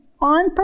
on